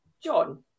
John